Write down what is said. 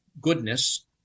goodness